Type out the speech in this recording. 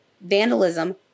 vandalism